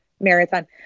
marathon